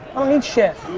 um need shit.